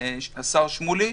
השר שמולי,